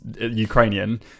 Ukrainian